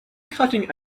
cutting